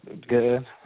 good